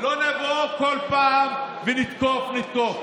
לא נבוא כל פעם ונתקוף ונתקוף,